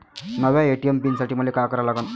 नव्या ATM pin साठी मले का करा लागन?